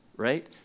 Right